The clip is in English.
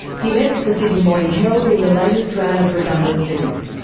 he left the sydney morning heraldin the latest round of redundancies.